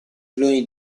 cloni